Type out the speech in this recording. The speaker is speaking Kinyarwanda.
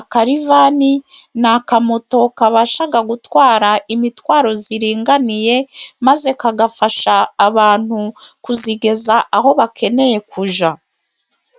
Akarivani n'akamoto kabashaga gutwara imitwaro ziringaniye maze kagafasha abantu kuzigeza aho bakeneye kujya.